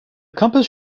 compass